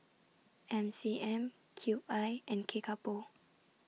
M C M Cube I and Kickapoo